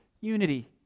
unity